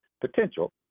potential